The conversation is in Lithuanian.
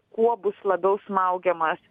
kuo bus labiau smaugiamas